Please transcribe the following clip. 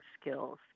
skills